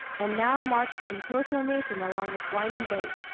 and now marched in close formation along its winding bank,